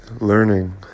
learning